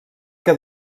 que